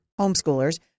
homeschoolers